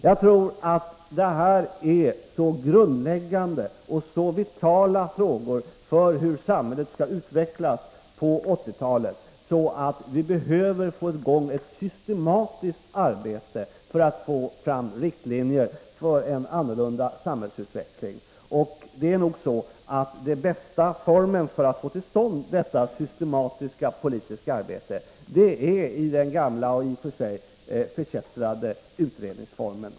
Jag tror att detta är så grundläggande och vitala frågor för hur samhället skall utvecklas på 1980-talet att vi behöver få i gång ett systematiskt arbete för att få fram riktlinjer för en annorlunda samhällsutveckling. Bästa formen för att få till stånd detta systematiska politiska arbete är nog den gamla och i och för sig förkättrade utredningsformen.